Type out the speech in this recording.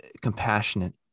compassionate